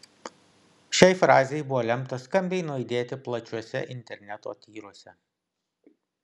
šiai frazei buvo lemta skambiai nuaidėti plačiuose interneto tyruose